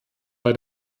bei